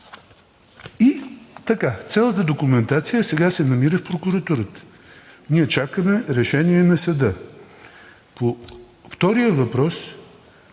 И така. Цялата документация сега се намира в прокуратурата. Ние чакаме решение на съда. По втория въпрос